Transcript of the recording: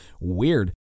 weird